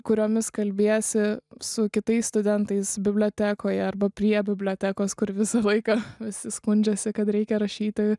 kuriomis kalbiesi su kitais studentais bibliotekoje arba prie bibliotekos kur visą laiką visi skundžiasi kad reikia rašyti